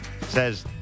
Says